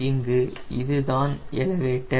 இங்கு இதுதான் எலவேட்டர்